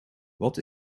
wat